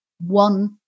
one